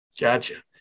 Gotcha